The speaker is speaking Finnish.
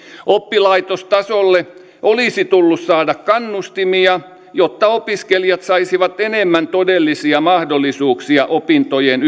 oppilaitostasolle olisi tullut saada kannustimia jotta opiskelijat saisivat enemmän todellisia mahdollisuuksia opintojen